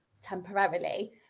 temporarily